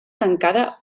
tancada